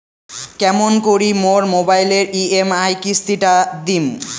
কেমন করি মোর মোবাইলের ই.এম.আই কিস্তি টা দিম?